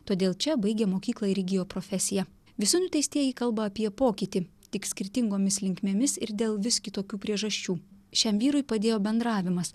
todėl čia baigė mokyklą ir įgijo profesiją visi nuteistieji kalba apie pokytį tik skirtingomis linkmėmis ir dėl vis kitokių priežasčių šiam vyrui padėjo bendravimas